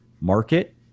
market